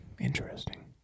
interesting